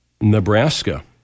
Nebraska